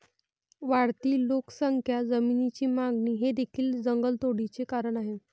वाढती लोकसंख्या, जमिनीची मागणी हे देखील जंगलतोडीचे कारण आहे